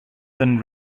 then